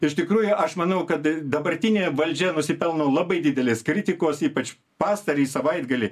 iš tikrųjų aš manau kad dabartinė valdžia nusipelno labai didelės kritikos ypač pastarąjį savaitgalį